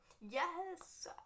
Yes